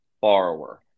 borrower